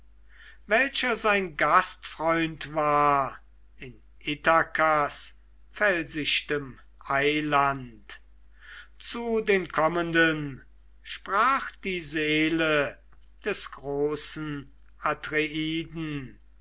welcher ein gastfreund war in ithakas felsichtem eiland zu dem kommenden sprach die seele des großen